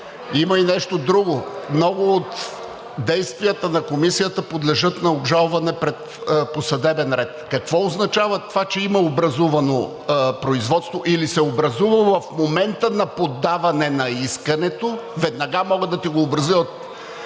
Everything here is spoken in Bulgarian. Има и нещо друго. Много от действията на Комисията подлежат на обжалване по съдебен ред. Какво означава това, че има образувано производство или се е образувало в момента на подаване на искането? Веднага могат да ти го образуват